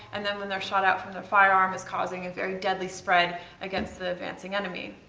and then when they're shot out from the firearm is causing a very deadly spread against the advancing enemy.